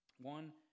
One